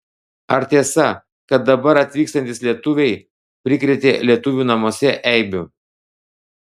ar tiesa kad dabar atvykstantys lietuviai prikrėtė lietuvių namuose eibių